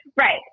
Right